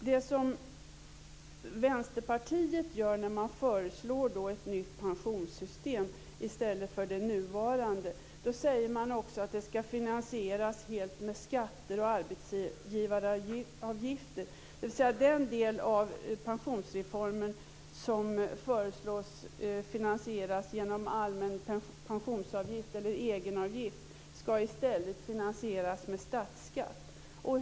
När Vänsterpartiet föreslår ett nytt pensionssystem i stället för det nuvarande säger man att det helt skall finansieras med skatter och arbetsgivaravgifter. Den del av pensionsreformen som föreslås bli finansierad genom allmän pensionsavgift eller egenavgift skall alltså i stället finansieras med statsskatt.